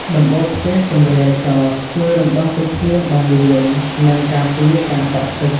ដំបូលផ្ទះជម្រាលចោត ជួយរំដោះទឹកភ្លៀងបានលឿន និងការពារការដក់ទឹក ។